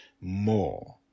more